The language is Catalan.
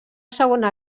segona